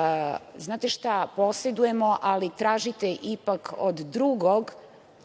– znate šta, posedujemo, ali tražite ipak od drugog